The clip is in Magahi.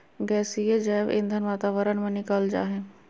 गैसीय जैव ईंधन वातावरण में निकल जा हइ